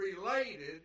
related